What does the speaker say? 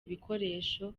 ibikoresho